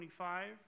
25